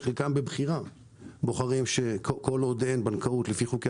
כל עוד אין בנקאות לפי חוקי